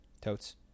totes